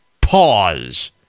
pause